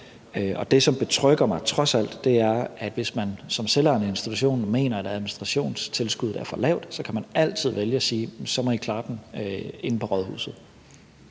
trods alt betrygger mig, er, at hvis man som selvejende institution mener, at administrationstilskuddet er for lavt, så kan man altid vælge at sige, at så må de klare den inde på rådhuset.